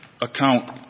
account